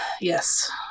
yes